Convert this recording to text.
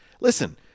Listen